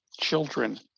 children